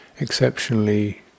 exceptionally